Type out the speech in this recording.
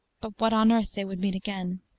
but what on earth they would meet again.